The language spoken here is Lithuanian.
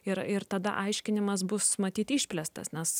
ir ir tada aiškinimas bus matyt išplėstas nes